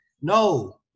No